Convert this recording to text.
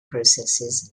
processes